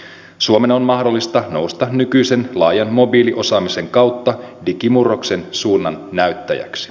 suomen on mahdollista nousta nykyisen laajan mobiiliosaamisen kautta digimurroksen suunnannäyttäjäksi